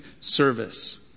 service